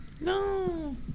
No